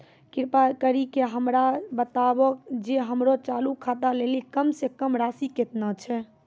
कृपा करि के हमरा बताबो जे हमरो चालू खाता लेली कम से कम राशि केतना छै?